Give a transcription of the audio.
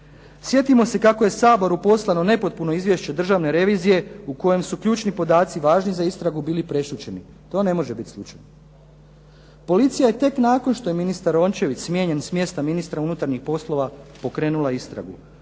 Sjetimo se kako je Saboru poslano nepotpuno izvješće Državne revizije u kojem su ključni podaci važni za istragu bili prešućeni. To ne može biti slučajno. Policija je tek nakon što je ministar Rončević smijenjen s mjesta ministra unutarnjih poslova pokrenula istragu.